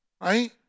right